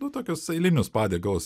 nu tokius eilinius patiekalus